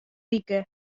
wike